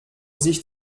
sich